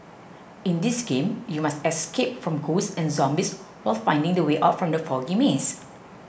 in this game you must escape from ghosts and zombies while finding the way out from the foggy maze